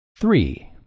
Three